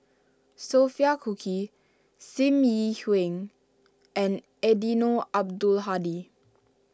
Sophia Cooke Sim Yi Hui and Eddino Abdul Hadi